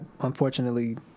unfortunately